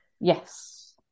yes